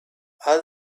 all